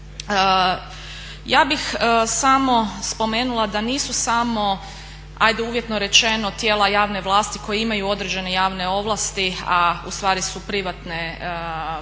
ja bih samo spomenula da nisu samo hajde uvjetno rečeno tijela javne vlasti koji imaju određene javne ovlasti, a u stvari su privatni